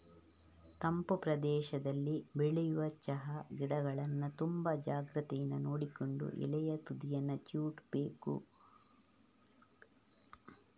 ತಂಪು ಪ್ರದೇಶದಲ್ಲಿ ಬೆಳೆಯುವ ಚಾ ಗಿಡಗಳನ್ನ ತುಂಬಾ ಜಾಗ್ರತೆಯಿಂದ ನೋಡಿಕೊಂಡು ಎಲೆಯ ತುದಿಯನ್ನ ಚಿವುಟ್ಬೇಕು